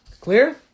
Clear